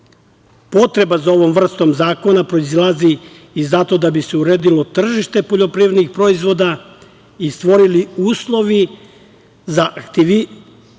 za ovom vrstom zakona proizilazi i zato da bi se uredilo tržište poljoprivrednih proizvoda, i stvorili uslovi za aktiviranje